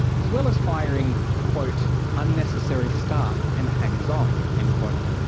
as well as firing quote unnecessary staff and hangers on end quote.